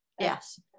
yes